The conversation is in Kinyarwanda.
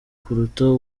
kuruta